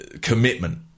commitment